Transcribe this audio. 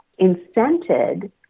incented